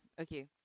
Okay